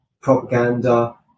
propaganda